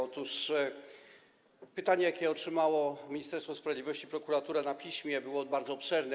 Otóż pytanie, jakie otrzymały Ministerstwo Sprawiedliwości i prokuratura na piśmie, było bardzo obszerne.